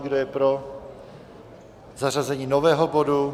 Kdo je pro zařazení nového bodu?